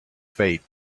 fate